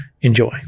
enjoy